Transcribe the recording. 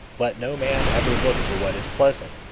let no man ever look for what is pleasant,